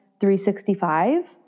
365